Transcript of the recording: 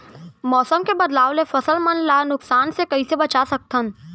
मौसम के बदलाव ले फसल मन ला नुकसान से कइसे बचा सकथन?